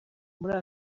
muri